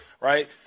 Right